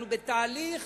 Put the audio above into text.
אנחנו בתהליך